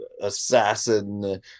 assassin